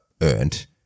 earned